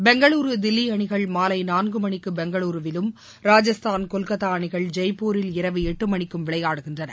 பெங்களுரு தில்வி அணிகள் மாலை நான்கு மணிக்கு பெங்களுருவிலும் ராஜஸ்தாள் கொல்கத்தா அணிகள் ஜெய்ப்பூரில் இரவு எட்டு மணிக்கும் விளையாடுகின்றன